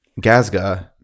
gazga